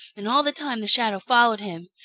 and all the time the shadow followed him.